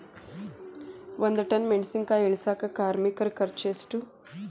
ಒಂದ್ ಟನ್ ಮೆಣಿಸಿನಕಾಯಿ ಇಳಸಾಕ್ ಕಾರ್ಮಿಕರ ಖರ್ಚು ಎಷ್ಟು?